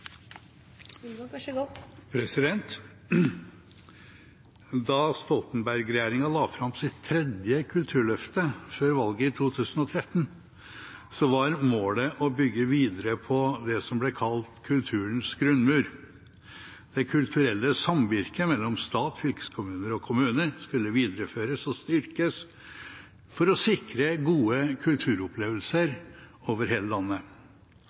Da Stoltenberg-regjeringen la fram sitt tredje kulturløfte før valget i 2013, var målet å bygge videre på det som ble kalt kulturens grunnmur. Det kulturelle samvirket mellom stat, fylkeskommuner og kommuner skulle videreføres og styrkes for å sikre gode kulturopplevelser over hele landet.